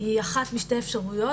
היא אחת משתי אפשרויות.